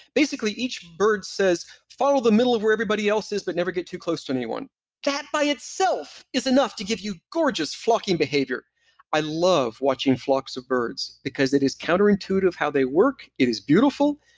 basically, each bird says follow the middle of where everybody else is, but never get too close to anyone that by itself is enough to give you gorgeous flocking behavior i love watching flocks of birds, because it is counterintuitive how they work, it is beautiful.